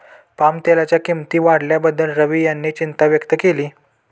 पामतेलाच्या किंमती वाढल्याबद्दल रवी यांनी चिंता व्यक्त केली